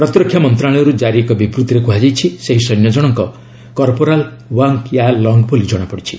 ପ୍ରତିରକ୍ଷା ମନ୍ତ୍ରଣାଳୟରୁ ଜାରି ଏକ ବିବୃଭିରେ କୁହାଯାଇଛି ସେହି ସୈନ୍ୟ ଜଣଙ୍କ କର୍ପୋରାଲ୍ ୱାଙ୍ଗ୍ ୟା ଲଙ୍ଗ୍ ବୋଲି ଜଣାପଡ଼ିଛି